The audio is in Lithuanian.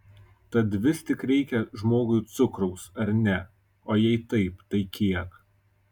tad vis tik reikia žmogui cukraus ar ne o jei taip tai kiek